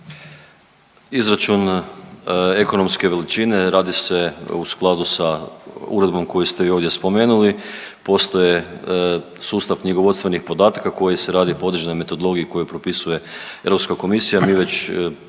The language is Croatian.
Izračun ekonomske veličine radi se u skladu sa uredbom koju ste i ovdje spomenuli. Postoje sustav knjigovodstvenih podataka koji se radi po određenoj metodologiji koju propisuje Europska komisija.